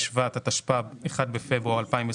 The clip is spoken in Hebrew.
בשבט התשפ"ב (1 בפברואר 2022)